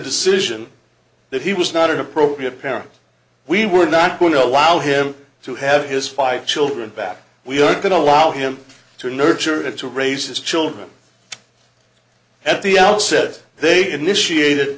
decision that he was not an appropriate parent we were not going to allow him to have his five children back we are going to allow him to nurture and to raise his children at the outset they initiated